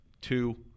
Two